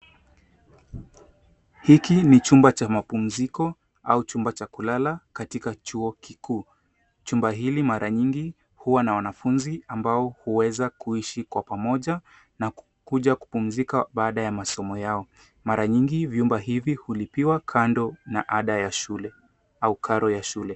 Hiki ni chumba cha mapumziko au chumba cha kulala katika chui kikuu. Chumba hiki mara nyingi huwa na wanafunzi ambao huweza kuishi kwa pamoja na kukuja kupumzika baada ya masomo yao. Mara nyingi vyumba hivi hulipiwa kando na ada ya shule.